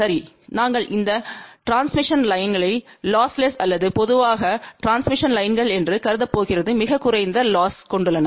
சரி நாங்கள் இந்த டிரான்ஸ்மிஷன்க் லைன்கள் லொஸ்லெஸ்வை அல்லது பொதுவாக டிரான்ஸ்மிஷன்ம் லைன்கள் என்று கருதப் போகிறது மிகக் குறைந்த லொஸ்க் கொண்டுள்ளன